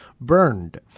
burned